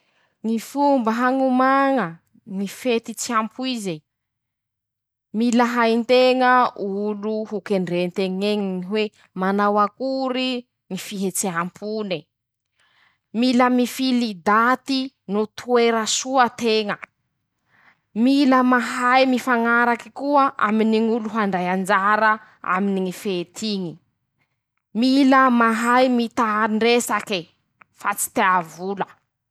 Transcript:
Ñy fomba hañomaña, ñy fety tsy ampoize: -Mila hain-teña olo ho kendré nteñ'eñy ñy hoe, manao akory ñy fihetseham-pone. -Mila mifily daty no toera soa teña. -Mila mahay mifañaraky koa aminy ñ'olo handray anjara aminy ñy fety iñy. -Mila mahay mitaa ndresake fa tsy tea vola.